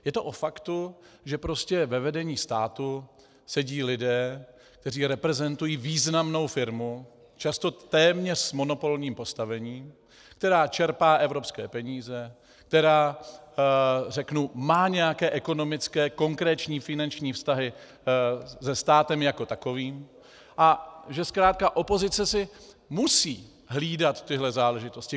Je to o faktu, že ve vedení státu sedí lidé, kteří reprezentují významnou firmu, často téměř s monopolním postavením, která čerpá evropské peníze, která má nějaké ekonomické, konkrétní finanční vztahy se státem jako takovým, a že zkrátka opozice si musí hlídat tyto záležitosti.